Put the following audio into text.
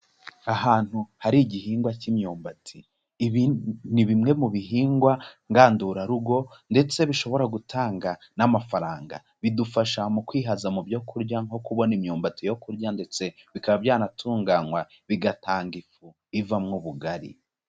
Ahantu hari igihingwa cy'imyumbati, ibi ni bimwe mu bihingwa ngandurarugo ndetse bishobora gutanga n'amafaranga bidufasha, mu kwihaza mu byo kurya nko kubona imyumbati yo kurya ndetse bikaba byanatunganywa bigatanga ifu ivamo ubugari.